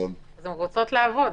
אז הן רוצות לעבוד.